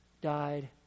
died